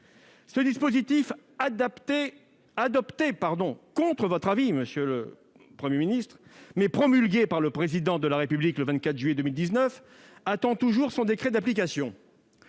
Ce dispositif, adopté contre votre avis, monsieur le Premier ministre, mais promulgué par le Président de la République le 24 juillet 2019, attend toujours son décret d'application.